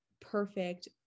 perfect